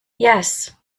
yes